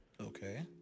Okay